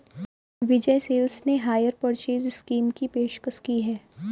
विजय sales ने hire purchase scheme की पेशकश की हैं